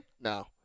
No